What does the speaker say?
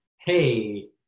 hey